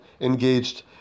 engaged